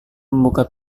membuka